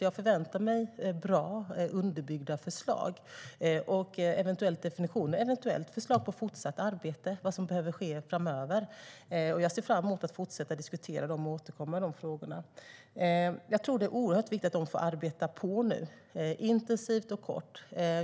Jag förväntar mig bra underbyggda förslag, eventuellt definitioner och eventuellt förslag på fortsatt arbete, vad som behöver ske framöver. Jag ser fram emot att fortsätta diskutera och återkomma i de här frågorna. Jag tror att det är oerhört viktigt att gruppen får arbeta på nu, intensivt och kort.